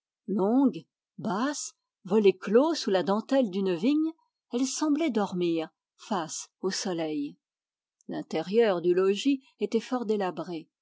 longue basse volets clos sous la dentelle d'une vigne elle semblait dormir face au soleil l'intérieur du logis était fort délabré